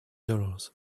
dollars